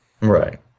right